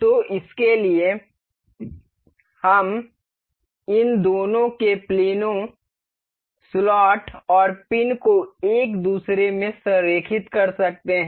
तो इसके लिए हम इन दोनों के प्लेनों स्लॉट और पिन को एक दूसरे में संरेखित कर सकते हैं